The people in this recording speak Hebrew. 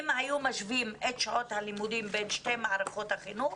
אם היו משווים את שעות הלימודים בין שתי מערכות החינוך,